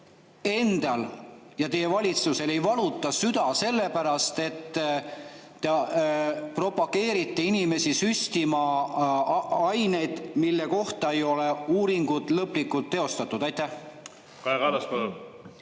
endal ja teie valitsusel ei valuta süda selle pärast, et te propageerite inimesi süstima aineid, mille kohta ei ole uuringud lõplikult teostatud? Aitäh!